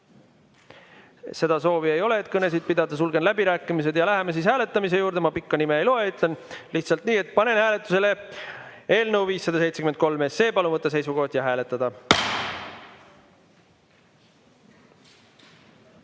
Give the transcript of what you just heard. Seda soovi ei ole, et kõnesid pidada, sulgen läbirääkimised. Läheme siis hääletamise juurde. Ma pikka nime ei loe, ütlen lihtsalt nii, et panen hääletusele eelnõu 573. Palun võtta seisukoht ja hääletada!